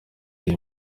iyi